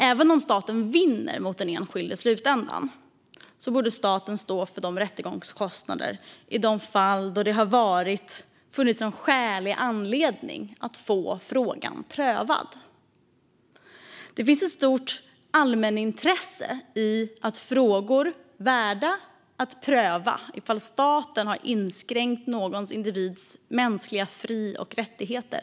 Även om staten vinner mot den enskilde i slutändan borde staten stå för rättegångskostnaderna i de fall då det har funnits en skälig anledning att få frågan prövad. Det finns ett stort allmänintresse i att pröva frågor om ifall staten har inskränkt någon individs mänskliga fri och rättigheter.